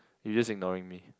you just ignoring me